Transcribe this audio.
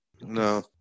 No